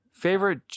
Favorite